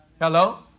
Hello